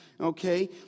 Okay